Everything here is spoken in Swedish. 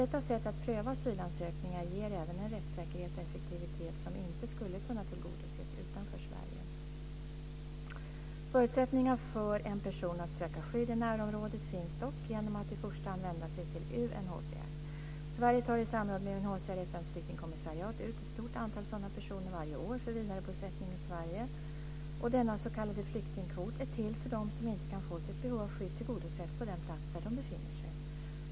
Detta sätt att pröva asylansökningar ger även en rättssäkerhet och effektivitet som inte skulle kunna tillgodoses utanför Förutsättningar för en person att söka skydd i närområdet finns dock genom att han eller hon i första hand kan vända sig till UNHCR. Sverige tar i samråd med UNHCR - FN:s flyktingkommissariat - ut ett stort antal sådana personer varje år för vidarebosättning i Sverige. Denna s.k. flyktingkvot är till för dem som inte kan få sitt behov av skydd tillgodosett på den plats där de befinner sig.